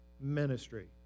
ministry